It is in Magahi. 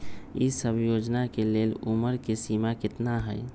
ई सब योजना के लेल उमर के सीमा केतना हई?